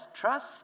Trust